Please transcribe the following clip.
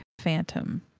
phantom